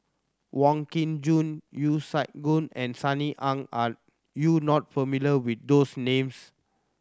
Wong Kin Jong Yeo Siak Goon and Sunny Ang are you not familiar with those names